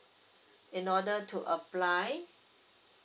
in order to apply